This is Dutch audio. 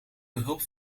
behulp